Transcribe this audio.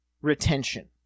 retention